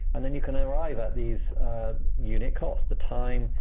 and then you can arrive at these unit costs. the time.